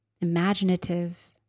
imaginative